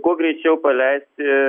kuo greičiau paleisti